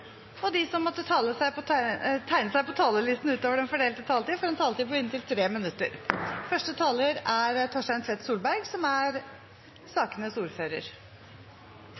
og de som måtte tegne seg på talerlisten utover den fordelte taletid, får en taletid på inntil 3 minutter.